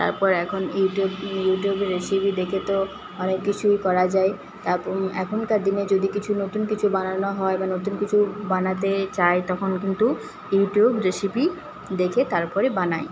তারপর এখন ইউটিউব ইউটিউবে রেসিপি দেখে তো অনেক কিছুই করা যায় তারপর এখনকার দিনে যদি কিছু নতুন কিছু বানানো হয় বা নতুন কিছু বানাতে চাই তখন কিন্তু ইউটিউব রেসিপি দেখে তারপরে বানাই